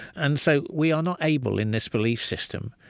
and so we are not able, in this belief system,